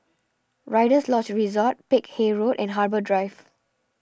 Rider's Lodge Resort Peck Hay Road and Harbour Drive